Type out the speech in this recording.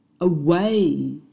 away